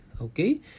okay